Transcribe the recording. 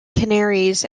canneries